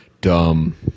dumb